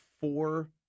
four